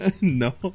no